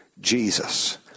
Jesus